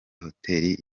hotel